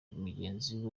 mugenzi